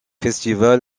festival